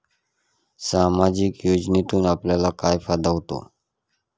सामाजिक योजनेतून आपल्याला काय फायदा होतो?